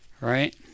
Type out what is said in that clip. right